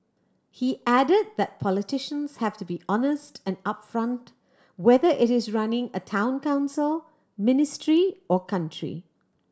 he added that politicians have to be honest and upfront whether it is running a Town Council ministry or country